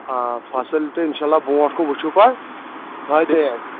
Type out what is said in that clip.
آ فصل تہِ انشاء اللہ برونٹھ کُن وٕچھو پَتہٕ فٲیدے آسہِ